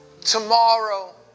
tomorrow